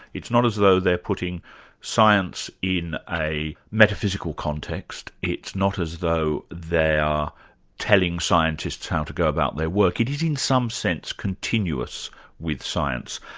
it's not as though they're putting science in a metaphysical context, it's not as though they are telling scientists how to go about their work, it is in some sense, continuous with science.